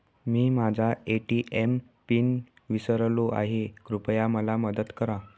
मी माझा ATM PIN विसरलो आहे, कृपया मला मदत करा